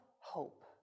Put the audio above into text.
hope